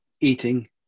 eating